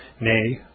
nay